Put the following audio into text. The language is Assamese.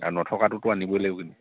আৰু নথকাটোতো আনিবই লাগিব